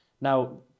Now